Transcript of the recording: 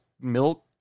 milk